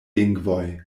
lingvoj